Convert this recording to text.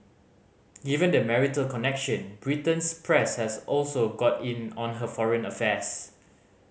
given the marital connection Britain's press has also got in on her foreign affairs